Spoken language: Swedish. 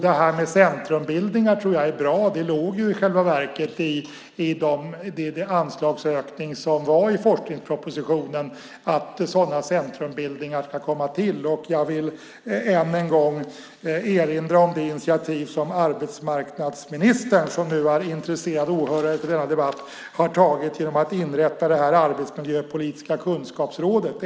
Detta med centrumbildningar tror jag är bra. Det låg ju i själva verket i den anslagsökning som fanns i forskningspropositionen att sådana centrumbildningar ska komma till stånd. Jag vill än en gång erinra om det initiativ som arbetsmarknadsministern, som nu är intresserad åhörare av denna debatt, har tagit genom att inrätta det arbetsmiljöpolitiska kunskapsrådet.